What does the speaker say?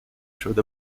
through